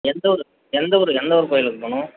எந்த ஊர் எந்த ஊர் எந்த ஊர் கோயிலுக்குப் போகணும்